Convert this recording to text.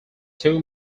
two